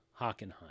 Hockenheim